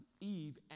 Eve